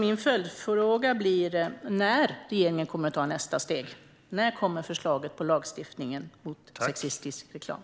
Min följdfråga blir: När kommer regeringen att ta nästa steg med ett förslag om lagstiftning mot sexistisk reklam?